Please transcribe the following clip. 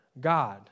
God